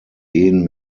ehen